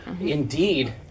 Indeed